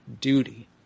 duty